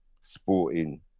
sporting